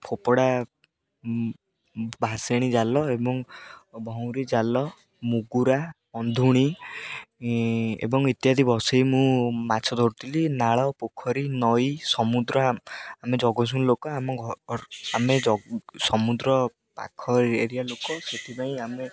ଫୋପଡ଼ା ଭାସେଣୀ ଜାଲ ଏବଂ ଭଉଁରୀ ଜାଲ ମୁଗୁରା କନ୍ଧୁଣି ଏବଂ ଇତ୍ୟାଦି ବସେଇ ମୁଁ ମାଛ ଧରୁଥିଲି ନାଳ ପୋଖରୀ ନଈ ସମୁଦ୍ର ଆମେ ଜଗତସିଂହପୁର ଲୋକ ଆମେ ସମୁଦ୍ର ପାଖ ଏରିଆ ଲୋକ ସେଥିପାଇଁ ଆମେ